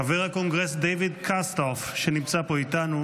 חבר הקונגרס דייוויד קוסטוף, שנמצא פה איתנו,